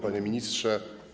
Panie Ministrze!